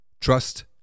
trust